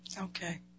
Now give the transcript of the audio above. Okay